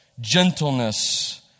gentleness